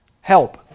help